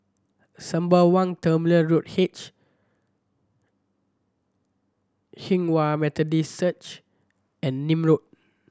Sembawang Terminal Road H Hinghwa Methodist Search and Nim Road